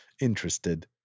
Interested